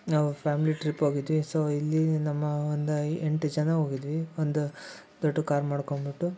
ನಾವು family trip ಹೋಗಿದ್ವಿ so ಇಲ್ಲಿ ನಮ್ಮ ಒಂದು ಎಂಟು ಜನ ಹೋಗಿದ್ವಿ ಒಂದು ದೊಡ್ಡ ಕಾರ್ ಮಾಡ್ಕೊಂಬಿಟ್ಟು